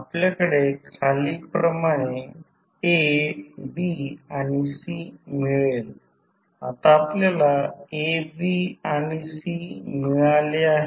आपल्याकडे खालील प्रमाणे A B आणि C मिळेल आता आपल्याला A B आणि C मिळाले आहे